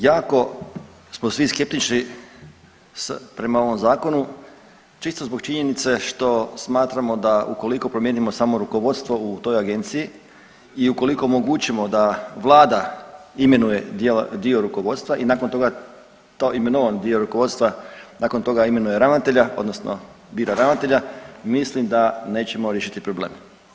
Jako smo svi skeptični prema ovom zakonu čisto zbog činjenice što smatramo da ukoliko promijenimo samo rukovodstvo u toj agenciji i ukoliko omogućimo da vlada imenuje dio rukovodstva i nakon toga taj imenovan dio rukovodstva nakon toga imenuje ravnatelja odnosno bira ravnatelja, mislim da nećemo riješiti problem.